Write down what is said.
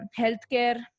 healthcare